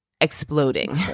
exploding